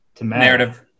narrative